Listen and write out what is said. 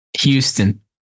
Houston